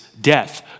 death